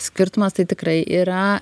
skirtumas tai tikrai yra